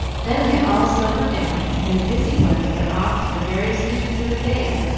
then they all sobered down, and the busy ones went off to the various duties of the day,